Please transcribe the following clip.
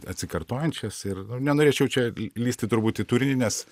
atsikartojančias ir nu nenorėčiau čia lįsti turbūt į turinį nes